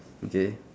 okay